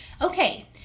Okay